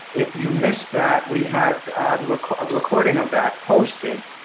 if you missed that, we have a recording of that posted,